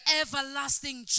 everlasting